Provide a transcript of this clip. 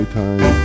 time